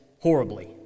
horribly